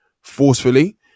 forcefully